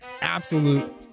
absolute